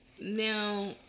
Now